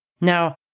Now